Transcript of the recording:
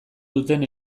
duten